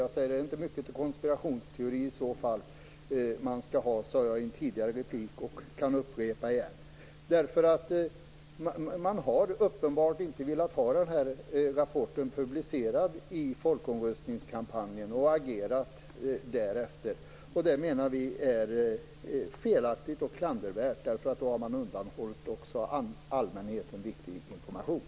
Det kan inte vara mycket till konspirationsteori i så fall, sade jag i en tidigare replik och jag kan upprepa det igen. Det är uppenbart att man inte har velat ha rapporten publicerad under folkomröstningskampanjen, och man har agerat därefter. Det anser vi vara felaktigt och klandervärt, därför att då har man också undanhållit allmänheten viktig information.